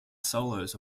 solos